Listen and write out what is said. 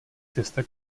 cesta